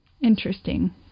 Interesting